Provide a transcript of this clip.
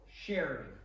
sharing